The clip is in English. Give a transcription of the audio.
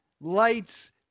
lights